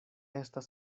estas